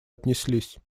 отнеслись